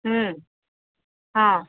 ହୁଁ ହଁ